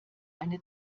eine